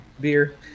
beer